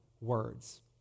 words